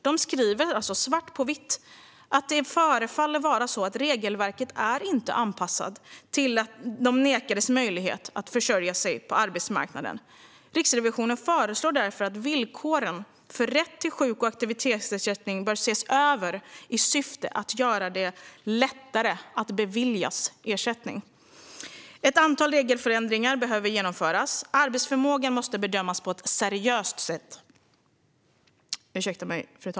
Man skriver svart på vitt att det förefaller vara så att regelverket inte är anpassat till de nekades möjlighet att försörja sig på arbetsmarknaden. Riksrevisionen föreslår därför att villkoren för rätt till sjuk och aktivitetsersättning bör ses över i syfte att göra det lättare att beviljas ersättning. Ett antal regelförändringar behöver genomföras. Arbetsförmågan måste bedömas på ett seriöst sätt.